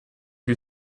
you